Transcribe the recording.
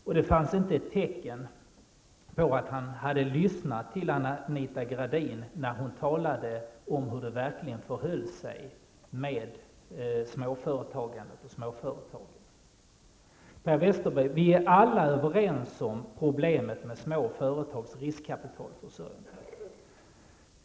Och det fanns inte ett tecken på att han hade lyssnat till Anita Gradin, när hon talade om hur det verkligen förhöll sig med småföretagandet och småföretagen. Per Westerberg! Vi är alla överens om problemet med små företagsriskkapitalförsörjning.